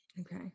Okay